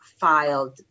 filed